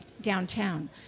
downtown